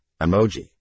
emoji